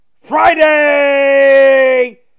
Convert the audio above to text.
Friday